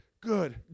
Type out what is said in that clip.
good